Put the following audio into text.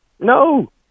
No